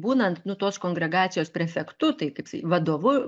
būnant nu tos kongregacijos prefektu tai kaip sakyt vadovu